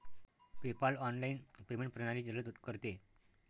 PayPal online payment प्रणाली जलद करते